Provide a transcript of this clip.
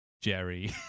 Jerry